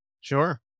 Sure